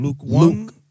Luke